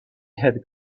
had